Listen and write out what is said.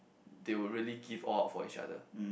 they will really give all out for each other